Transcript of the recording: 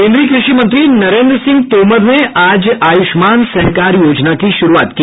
केन्द्रीय कृषि मंत्री नरेन्द्र सिंह तोमर ने आज आयुष्मान सहकार योजना की शुरूआत की